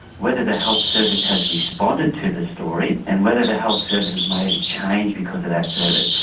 whether the health service has responded to the story and whether the health service has made a change because of that service.